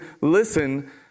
listen